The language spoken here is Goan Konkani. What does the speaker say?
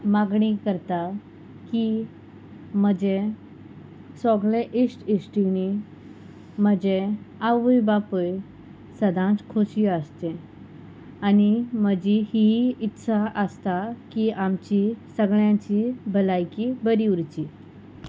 मागणी करता की म्हजें सोगलें इश्ट इश्टिणी म्हजे आवय बापूय सदांच खोशी आसचे आनी म्हजी ही इत्सा आसता की आमची सगळ्यांची भलायकी बरी उरची